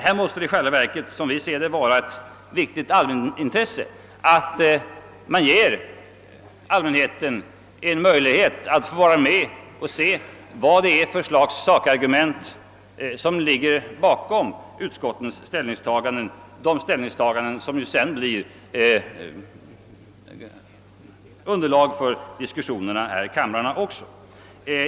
Det måste i själva verket vara ett allmänintresse att vi ger människorna en möjlighet att se vilka sakargument som ligger bakom utskottens ställningstaganden, som också utgör underlag för diskussionerna i kamrarna.